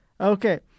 Okay